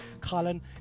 Colin